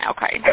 Okay